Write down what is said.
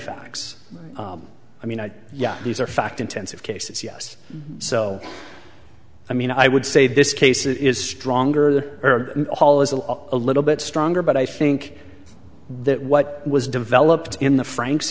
facts i mean yeah these are fact intensive cases yes so i mean i would say this case is stronger the hall is a little bit stronger but i think that what was developed in the franks